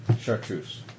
Chartreuse